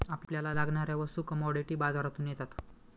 आपल्याला लागणाऱ्या वस्तू कमॉडिटी बाजारातून येतात